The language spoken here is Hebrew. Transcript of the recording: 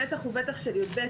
בטח ובטח של י"ב,